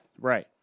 Right